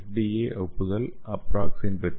ஏ ஒப்புதல் அப்ராக்ஸீன் பெற்றுள்ளது